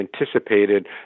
anticipated